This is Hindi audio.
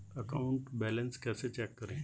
अकाउंट बैलेंस कैसे चेक करें?